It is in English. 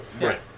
Right